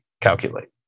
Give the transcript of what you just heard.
calculate